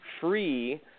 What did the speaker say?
free